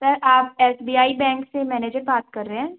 sir आप S B I bank से manager बात कर रहे हैं